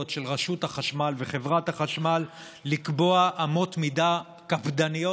של רשות החשמל וחברת החשמל לקבוע אמות מידה קפדניות